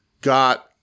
got